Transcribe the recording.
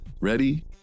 Ready